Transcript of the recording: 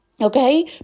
okay